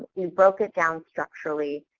we broke it down structurally.